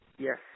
Yes